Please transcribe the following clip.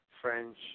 French